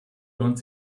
lohnt